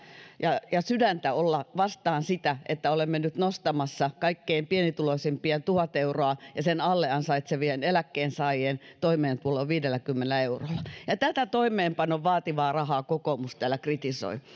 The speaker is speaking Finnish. ja ja sydäntä olla vastaan sitä että olemme nyt nostamassa kaikkein pienituloisimpien tuhat euroa ja sen alle ansaitsevien eläkkeensaajien toimeentuloa viidelläkymmenellä eurolla ja tämän toimeenpanon vaatimaa rahaa kokoomus täällä kritisoi